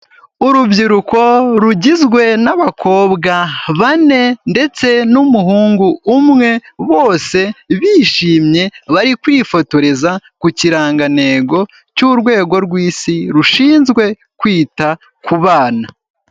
Urubyiruko rugizwe n'abakobwa bane ndetse n'umuhungu umwe bose bishimye bari kwifotoreza ku kirangantego cy'urwego rw'Isi rushinzwe kwita ku bana.